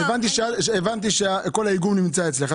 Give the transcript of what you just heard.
אז הבנתי שכל העיגון נמצא אצלך.